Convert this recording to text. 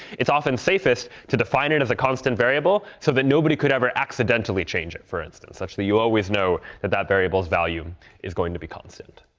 it's often safest to define it as a constant variable so that nobody could ever accidentally change it, for instance, such that you always know that that variable's value is going to be constant.